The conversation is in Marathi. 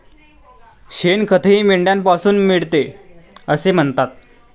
शेणखतही मेंढ्यांपासून मिळते असे म्हणतात